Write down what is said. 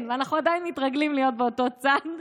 כן, ואנחנו עדיין מתרגלים להיות באותו צד.